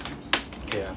K lah